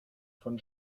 von